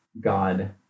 God